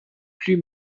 plus